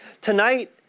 Tonight